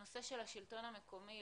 הנושא של השלטון המקומי,